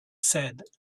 said